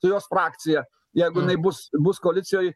su jos frakcija jeigu bus bus koalicijoj